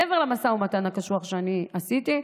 מעבר למשא ומתן הקשוח שאני עשיתי.